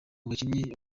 bakinnyi